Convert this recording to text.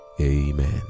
Amen